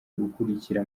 gukurikira